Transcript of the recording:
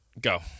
Go